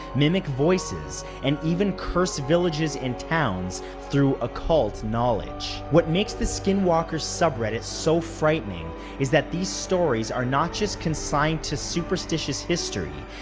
mimic voices, and even curse villages and towns through occult knowledge. what makes the skinwalkers subreddit so frightening is that these stories are not just consigned to superstitious history,